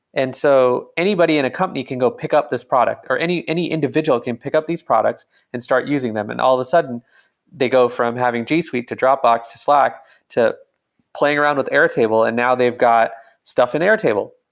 and so, anybody in a company can go pick up this product or any any individual can pick up these products and start using them and all of a sudden they go from having g suite to dropbox to slack to playing around with airtable. and now they've got stuff in airtable.